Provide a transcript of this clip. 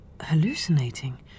Hallucinating